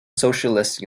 socialist